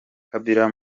kabila